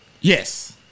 Yes